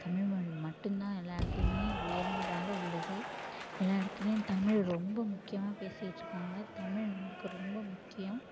தமிழ் மொழி மட்டுந்தான் எல்லா இடத்துலயுமே உயர்ந்ததாக உள்ளது எல்லா இடத்துலியும் தமிழ் ரொம்ப முக்கியமாக பேசிட்டிருக்காங்க தமிழ் நமக்கு ரொம்ப முக்கியம்